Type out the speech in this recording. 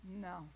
No